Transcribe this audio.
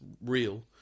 real